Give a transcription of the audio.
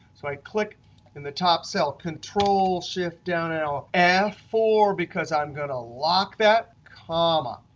so i click in the top cell control-shift down arrow, f four, because i'm going to lock that, comma.